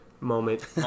moment